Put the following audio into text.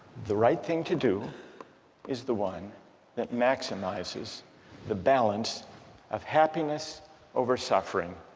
the right thing to do is the one that maximizes the balance of happiness over suffering.